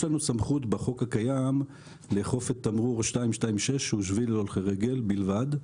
יש לנו סמכות בחוק הקיים לאכוף את תמרור 226 שהוא שביל להולכי רגל בלבד.